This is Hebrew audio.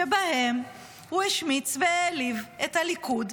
שבהם הוא השמיץ והעליב את הליכוד,